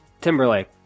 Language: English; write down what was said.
Timberlake